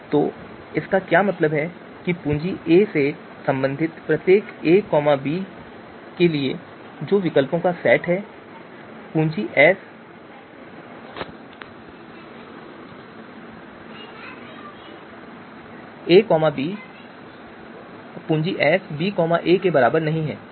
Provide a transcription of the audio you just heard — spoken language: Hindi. तो इसका क्या मतलब है कि पूंजी ए से संबंधित प्रत्येक ए बी के लिए जो विकल्पों का सेट है पूंजी एस ए बी पूंजी एस बी ए के बराबर नहीं है